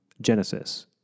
Genesis